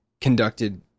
conducted